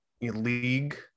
league